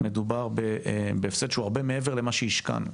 מדובר בהפסד שהוא הרבה מעבר למה שהשקענו.